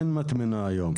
אין מטמנה היום,